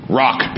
rock